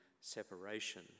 separation